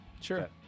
Sure